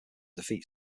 defeat